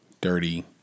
dirty